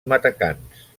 matacans